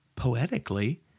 poetically